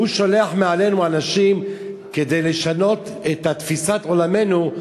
שהוא שולח מעלינו אנשים כדי לשנות את תפיסת עולמנו,